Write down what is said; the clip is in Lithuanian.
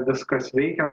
viskas veikia